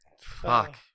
Fuck